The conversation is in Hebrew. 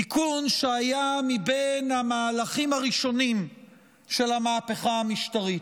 תיקון שהיה מבין המהלכים הראשונים של המהפכה המשטרתית.